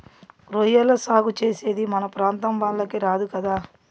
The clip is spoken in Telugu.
రొయ్యల సాగు చేసేది మన ప్రాంతం వాళ్లకి రాదు కదా